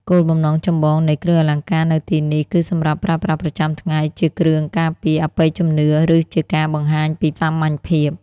គោលបំណងចម្បងនៃគ្រឿងអលង្ការនៅទីនេះ គឺសម្រាប់ប្រើប្រាស់ប្រចាំថ្ងៃ ជាគ្រឿងការពារ អបិយជំនឿ ឬជាការបង្ហាញពីសាមញ្ញភាព។